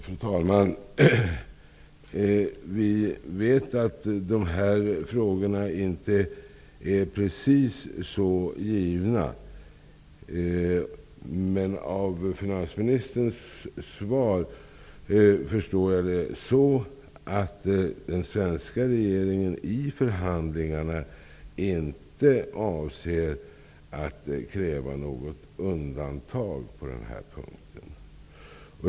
Fru talman! Vi vet att de här frågorna inte är precis så givna. Av finansministerns svar förstår man att den svenska regeringen i förhandlingarna inte avser att kräva något undantag på denna punkt.